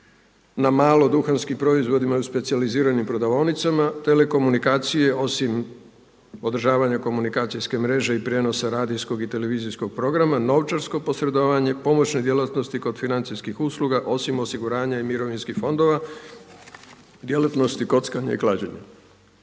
na malo duhanskim proizvodima i u specijaliziranim prodavaonicama, telekomunikacije osim održavanja komunikacijske mreže i prijenosa radijskog i televizijskog programa, novčarsko posredovanje, pomoćne djelatnosti kod financijskih usluga osim osiguranja i mirovinskih fondova, djelatnosti kockanja i klađenja.